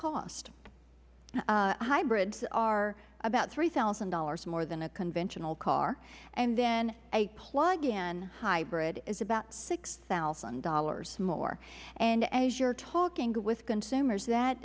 cost hybrids are about three thousand dollars more than a conventional car and then a plug in hybrid is about six thousand dollars more as you are talking with consumers that